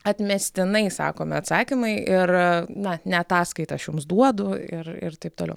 atmestinai sakomi atsakymai ir na ne ataskaitą aš jums duodu ir ir taip toliau